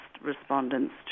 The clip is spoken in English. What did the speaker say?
respondents